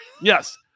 yes